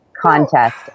contest